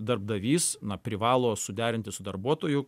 darbdavys privalo suderinti su darbuotoju